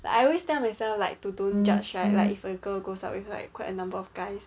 like I always tell myself like to don't judge right like if a girl goes out with like quite a number of guys